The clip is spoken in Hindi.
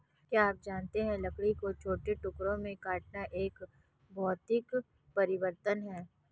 क्या आप जानते है लकड़ी को छोटे टुकड़ों में काटना एक भौतिक परिवर्तन है?